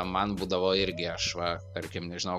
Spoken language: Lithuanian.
man būdavo irgi aš va tarkim nežinau